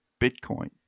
Bitcoin